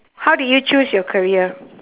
how did you choose your career